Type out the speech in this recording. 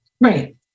Right